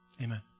Amen